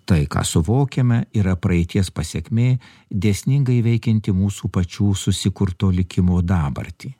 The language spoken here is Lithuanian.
tai ką suvokiame yra praeities pasekmė dėsningai veikianti mūsų pačių susikurto likimo dabartį